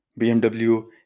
BMW